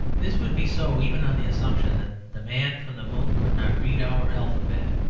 this would be so even on the assumption that the man from the moon could not read our alphabet,